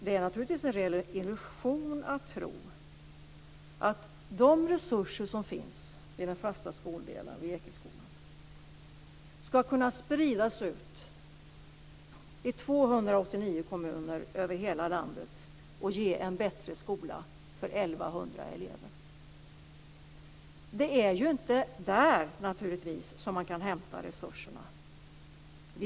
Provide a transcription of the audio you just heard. Det är en illusion att tro att de resurser som finns vid Ekeskolans fasta skoldel ska kunna spridas ut över 289 kommuner i landet och ge en bättre skola för 1 100 elever. Det är ju inte vid Ekeskolan i Örebro som man kan hämta resurserna.